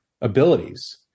abilities